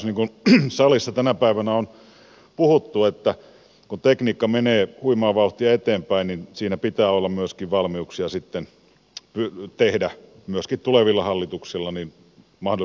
niin kuin salissa tänä päivänä on puhuttu että kun tekniikka menee huimaa vauhtia eteenpäin niin siinä pitää myöskin tulevilla hallituksilla olla valmiuksia tehdä mahdollisesti muunlaisia päätöksiä